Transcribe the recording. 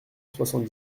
soixante